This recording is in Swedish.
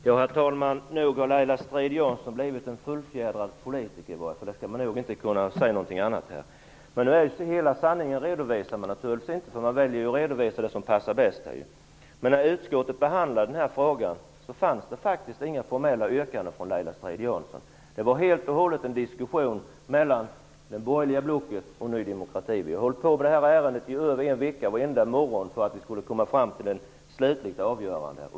Herr talman! Nog har Laila Strid-Jansson blivit en fullfjädrad politiker; något annat kan man inte säga. Men naturligtvis redovisar man inte hela sanningen, utan man väljer att redovisa det som passar bäst. När utskottet behandlade den här frågan fanns det faktiskt inga formella yrkanden från Laila Strid Jansson. Det var helt och hållet en diskussion mellan det borgerliga blocket och Ny demokrati. Vi höll på med detta ärende varje morgon i en hel vecka för att komma fram till ett slutligt avgörande.